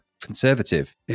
conservative